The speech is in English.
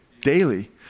daily